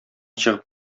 чыгып